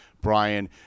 Brian